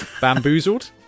bamboozled